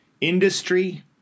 Industry